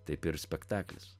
taip ir spektaklis